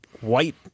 white